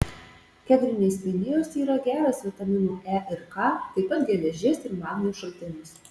kedrinės pinijos yra geras vitaminų e ir k taip pat geležies ir magnio šaltinis